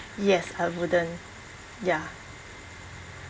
yes I wouldn't ya